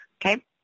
okay